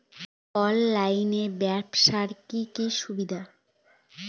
অনলাইনে ব্যবসার কি কি অসুবিধা?